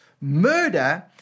murder